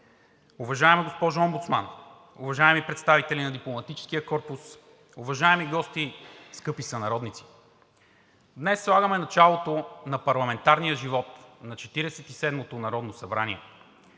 уважаема госпожо Омбудсман, уважаеми представители на Дипломатическия корпус, уважаеми гости, скъпи сънародници! Днес слагаме началото на парламентарния живот на Четиридесет